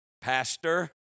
pastor